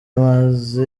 amazi